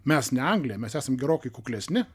mes ne anglija mes esam gerokai kuklesni